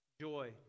joy